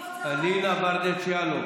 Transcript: אלינה ברדץ' יאלוב.